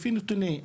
לפי נתונים,